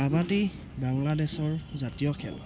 কাবাডী বাংলাদেশৰ জাতীয় খেল